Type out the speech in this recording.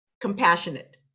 Compassionate